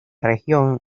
región